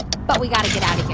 but we've got to get out of here.